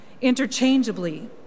interchangeably